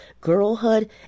girlhood